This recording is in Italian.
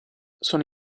sono